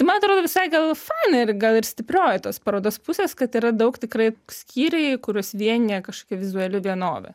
ir man atrodo visai gal fanai ir gal ir stiprioji tos parodos pusės kad yra daug tikrai skyriai kuriuos vienija kažkokia vizuali vienovė